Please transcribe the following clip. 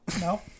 no